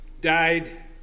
died